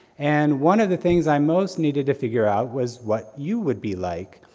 and one of the things i most needed to figure out, was what you would be like,